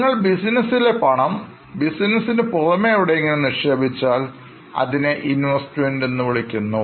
നിങ്ങൾ ബിസിനസ്സിലെ പണം ബിസിനസിന് പുറമേ എവിടെയെങ്കിലും നിക്ഷേപിച്ചാൽ അതിനെ ഇൻവെസ്റ്റ്മെൻറ് എന്ന് വിളിക്കുന്നു